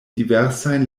diversajn